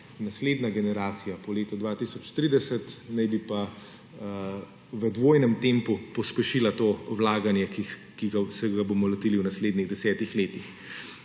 naslednja generacija po letu 2030 naj bi pa v dvojnem tempu pospešila to vlaganje, ki se ga bomo lotili v naslednjih 10 letih.